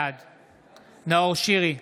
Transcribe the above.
בעד נאור שירי,